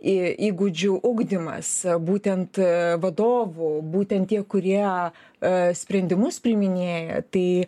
į įgūdžių ugdymas būtent a vadovų būtent tie kurie a sprendimus priiminėja tai